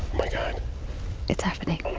my god it's happening